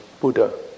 Buddha